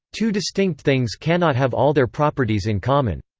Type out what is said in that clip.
two distinct things cannot have all their properties in common.